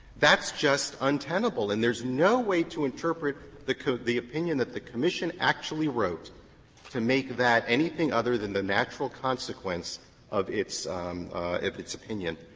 that's just untenable, and there's no way to interpret the the opinion that the commission actually wrote to make that anything other than the natural consequence of its of its opinion.